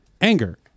anger